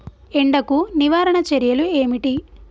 ఎండకు నివారణ చర్యలు ఏమిటి?